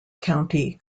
county